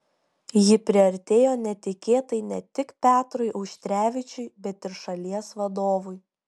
ji priartėjo netikėtai ne tik petrui auštrevičiui bet ir šalies vadovui